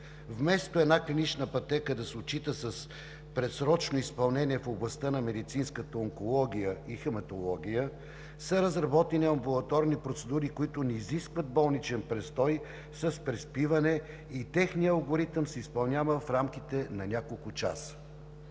Вместо една клинична пътека да се отчита с предсрочно изпълнение в областта на медицинската онкология и хематология са разработени амбулаторни процедури, които не изискват болничен престой с преспиване и техният алгоритъм се изпълнява в рамките на няколко часа.